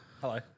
Hello